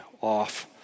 off